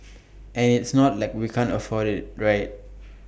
and it's not like we can't afford IT right